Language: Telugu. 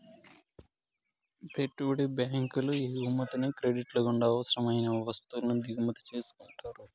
పెట్టుబడి బ్యాంకులు ఎగుమతిని క్రెడిట్ల గుండా అవసరం అయిన వత్తువుల దిగుమతి చేసుకుంటారు